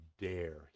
dare